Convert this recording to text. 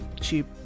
cheap